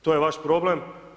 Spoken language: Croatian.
To je vaš problem.